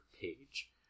page